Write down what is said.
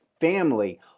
family